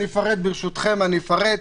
ברשותכם, אני אפרט.